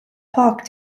park